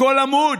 בכל עמוד.